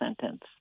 sentence